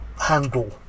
handle